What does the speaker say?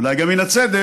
ואולי גם מן הצדק,